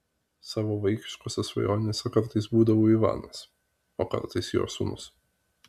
savo vaikiškose svajonėse kartais būdavau ivanas o kartais jo sūnus